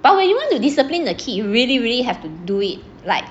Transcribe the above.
but when you want to discipline the kid you really really have to do it like